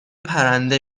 پرنده